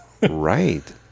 Right